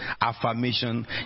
affirmation